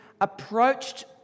approached